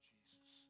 Jesus